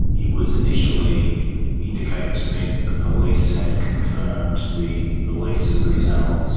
it was initially indicated to me that the police had confirmed the release of these animals